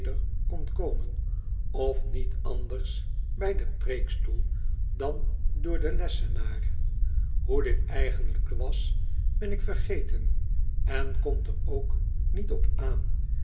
deikon komen of niet anders bij den preekstoel dan door den lessenaar hoe dit eigenlijk was ben ik vergeten en komt er ook niet op aan